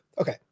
okay